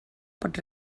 pot